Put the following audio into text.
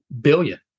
billion